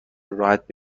راحت